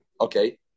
Okay